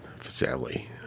sadly